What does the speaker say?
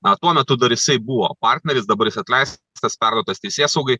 na tuo metu dar jisai buvo partneris dabar jis atleistas perduotas teisėsaugai